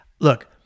look